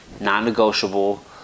non-negotiable